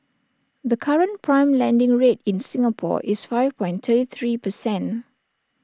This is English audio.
the current prime lending rate in Singapore is five point three three percent